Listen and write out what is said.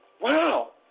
Wow